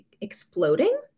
exploding